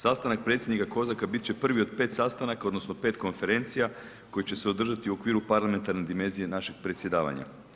Sastanak predsjednika Kozaka bit će prvi od 5 sastanaka odnosno 5 konferencija koji će se održati u okviru parlamentarne dimenzije našeg predsjedavanja.